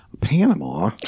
Panama